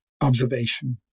observation